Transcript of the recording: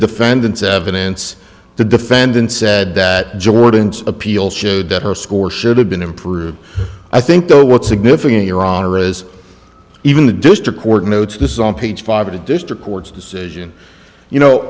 defendant's evidence the defendant said that jordan's appeal showed that her score should have been improved i think though what's significant your honor is even the district court notice on page five of the district court's decision you know